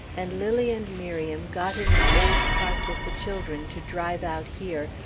and lilly and miriam got in an old cart with the children to drive out here,